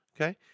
Okay